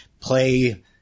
play